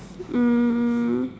um